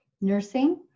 nursing